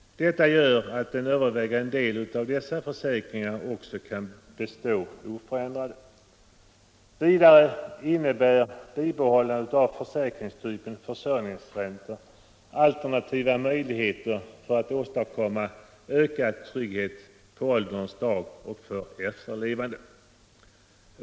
Detta gör att också en övervägande del av dessa försäkringar kan bestå oförändrade. Vidare innebär bibehållandet av försäkringar av typ försörjningsränta alternativa möjligheter att åstadkomma ökad trygghet på ålderns dag och för efterlevande.